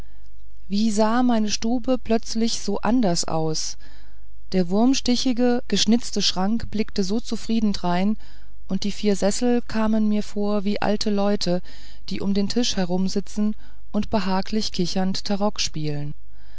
wie sah meine stube plötzlich so anders aus der wurmstichige geschnitzte schrank blickte so zufrieden drein und die vier sessel kamen mir vor wie alte leute die um den tisch herumsitzen und behaglich kichernd